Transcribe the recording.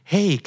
Hey